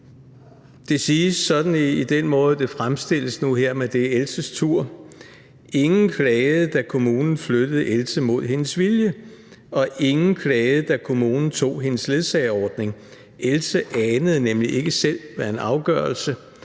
Det siges sådan – den måde, det fremstilles på – i »Nu er det Elses tur«: »Ingen klagede, da kommunen flyttede Else mod hendes vilje – og ingen klagede, da kommunen tog hendes ledsageordning. Else anede nemlig ikke selv hvad en afgørelse,